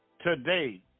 today